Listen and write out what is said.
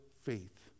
faith